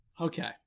Okay